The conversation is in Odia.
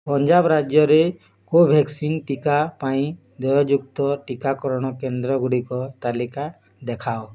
ପଞ୍ଜାବ ରାଜ୍ୟରେ କୋଭ୍ୟାକ୍ସିନ୍ ଟିକା ପାଇଁ ଦେୟଯୁକ୍ତ ଟିକାକରଣ କେନ୍ଦ୍ରଗୁଡ଼ିକ ତାଲିକା ଦେଖାଅ